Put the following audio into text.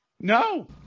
No